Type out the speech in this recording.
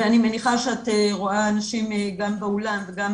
ואני מניחה שאת רואה אנשים גם באולם וגם